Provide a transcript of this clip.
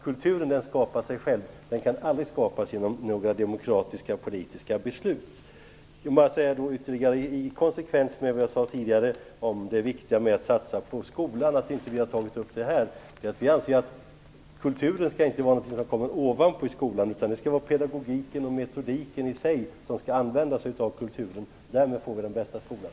Kulturen skapar sig själv. Den kan aldrig skapas genom några demokratiska och politiska beslut. Jag talade tidigare om det viktiga i att satsa på skolan. Jag vill i konsekvens med det säga att jag anser att kulturen inte är något som skall komma ovanifrån i skolan, utan man skall i pedagogiken och metodiken använda sig av kulturen. På det sättet får vi den bästa skolan.